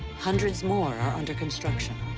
hundreds more are under construction.